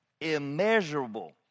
immeasurable